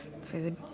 food